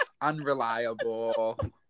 unreliable